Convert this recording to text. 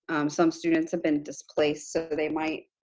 some students have been displaced, so they might